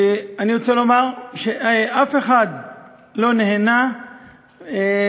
אני רוצה לומר שאף אחד לא נהנה למשוך